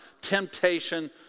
Temptation